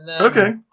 Okay